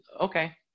okay